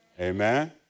Amen